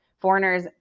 foreigners